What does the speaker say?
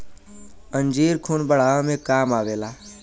अंजीर खून बढ़ावे मे काम आवेला